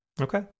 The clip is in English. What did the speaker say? Okay